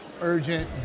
urgent